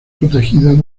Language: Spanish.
protegidas